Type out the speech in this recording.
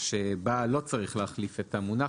שבה לא צריך להחליף את המונח,